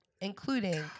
including